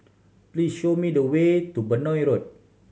please show me the way to Benoi Road